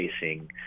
facing